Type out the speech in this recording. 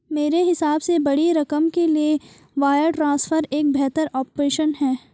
मेरे हिसाब से बड़ी रकम के लिए वायर ट्रांसफर एक बेहतर ऑप्शन है